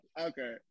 Okay